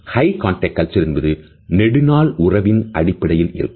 high contact culture என்பது நெடுநாள் உறவின் அடிப்படையில் இருக்கும்